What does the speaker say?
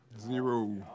Zero